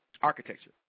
architecture